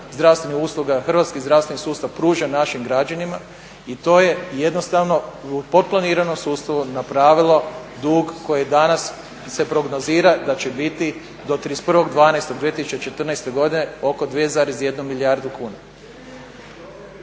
hrvatskih zdravstveni sustav pruža našim građanima i to je jednostavno u potplaniranom sustavu napravilo dug koji se danas prognozira da će biti do 31.12.2014. godine oko 2,1 milijardu kuna.